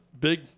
big